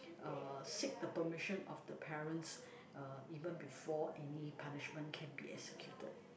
uh seek the permission of the parents uh even before any punishment can be executed